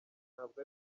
ntabwo